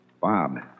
Bob